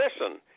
listen